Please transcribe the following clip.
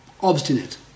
Obstinate